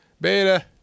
beta